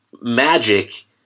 magic